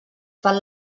fan